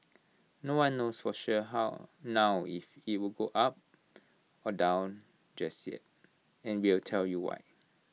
no one knows for sure how now if IT will go up or down just yet and we'll tell you why